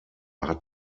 hat